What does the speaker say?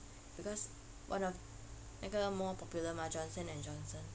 because one of 那个 more popular mah Johnson and Johnson